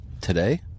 today